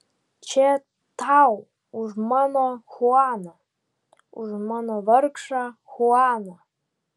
čia tau už mano chuaną už mano vargšą chuaną